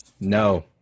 No